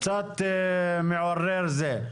אל